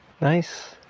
nice